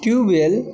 tube well